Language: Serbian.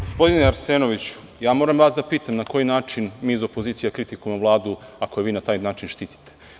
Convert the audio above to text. Gospodine Arsenoviću, ja moram vas da pitam - na koji način mi iz opozicije da kritikujemo Vladu, ako je vi na taj način štitite?